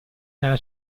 nella